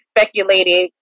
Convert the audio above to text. speculated